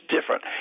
different